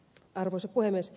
arvoisa puhemies